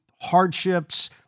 hardships